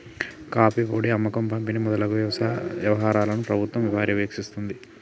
coffee పొడి అమ్మకం పంపిణి మొదలగు వ్యవహారాలను ప్రభుత్వం పర్యవేక్షిస్తుంది